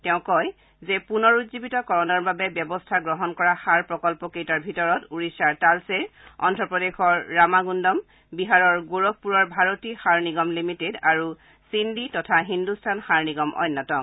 তেওঁ কয় যে পুনৰ উজ্জীৱিত কৰণৰ বাবে ব্যৱস্থা গ্ৰহণ কৰা সাৰ প্ৰকল্প কেইটাৰ ভিতৰত ওড়িষাৰ টালচেৰ অভ্ৰপ্ৰদেশৰ ৰামাণুণুম বিহাৰৰ গোৰখপুৰৰ ভাৰতী সাৰ নিগম লিমিটেড আৰু চিন্দি তথা হিন্দুস্তান সাৰ নিগম অন্যতম